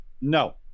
No